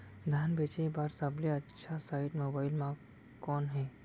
धान बेचे बर सबले अच्छा साइट मोबाइल म कोन हे?